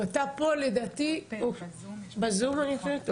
בטט פה לדעתי ב־zoom אני חושבת.